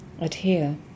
adhere